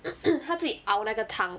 她自己熬那个汤